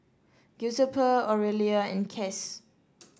Giuseppe Orelia and Cas